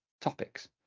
Topics